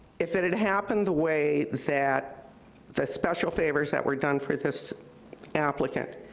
if it had happened the way that the special favors that were done for this applicant,